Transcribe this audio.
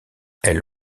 elle